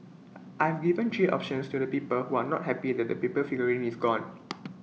I've given three options to the people who are not happy that the paper figurine is gone